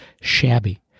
shabby